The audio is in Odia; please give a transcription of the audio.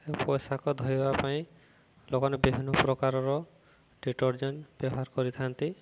ପୋଷାକ ଧୋଇବା ପାଇଁ ଲୋକମାନେ ବିଭିନ୍ନ ପ୍ରକାରର ଡିଟରଜେଣ୍ଟ ବ୍ୟବହାର କରିଥାନ୍ତି